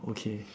okay